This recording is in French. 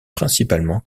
principalement